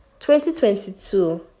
2022